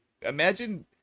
imagine